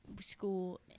school